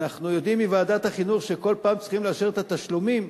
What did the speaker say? אנחנו יודעים מוועדת החינוך שכל פעם צריכים לאשר את התשלומים,